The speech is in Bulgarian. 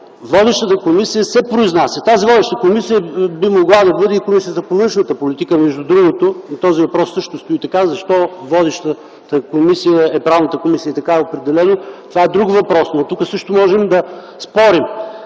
водещата комисия се произнася. Тази водеща комисия би могла да бъде и Комисията по външната политика. Между другото този въпрос също стои – защо водещата комисия е Правната комисия? Така е определено и това е друг въпрос, тук също можем да спорим.